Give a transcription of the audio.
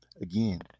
Again